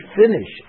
finish